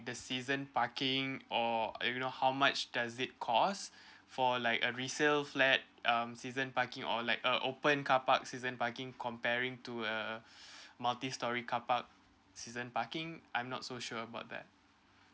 the season parking or you know how much does it cost for like a resell flat um season parking or like a open carparks season parking comparing to a multi storey carpark season parking I'm not so sure about that